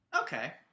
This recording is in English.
Okay